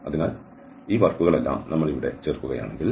അതിനാൽ ഈ വർക്കുകൾ എല്ലാം നമ്മൾ ഇവിടെ ചേർക്കുകയാണെങ്കിൽ